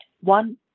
one